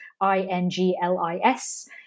I-N-G-L-I-S